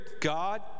God